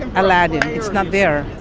aladdin. it's not there.